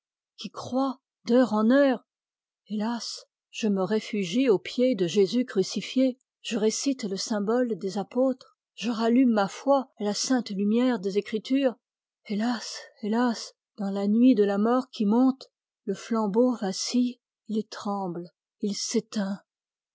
qui croît d'heure en heure hélas je me réfugie aux pieds de jésus crucifié je récite le symbole des apôtres je rallume ma foi à la sainte lumière des écritures hélas hélas dans la nuit de la mort qui monte le flambeau vacille il tremble il s'éteint